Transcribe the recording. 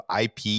IP